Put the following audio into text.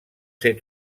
ser